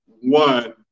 one